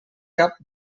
cap